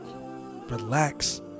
relax